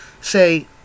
Say